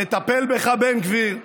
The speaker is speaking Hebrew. נטפל בך, בן גביר,